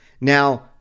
Now